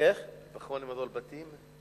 פחונים הם הבתים?